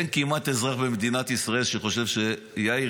אין כמעט אזרח במדינת ישראל שחושב שיאיר